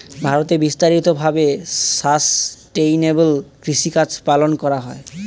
ভারতে বিস্তারিত ভাবে সাসটেইনেবল কৃষিকাজ পালন করা হয়